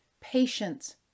patience